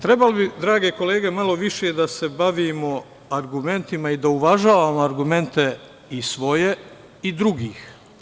Trebalo bi, drage kolege, malo više da se bavimo argumentima i da uvažavamo argumente i svoje i drugih.